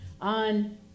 on